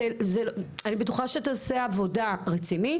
אני בטוחה שאתה עושה עבודה רצינית.